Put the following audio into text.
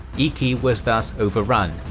iki was thus overrun,